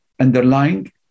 underlying